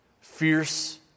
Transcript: fierce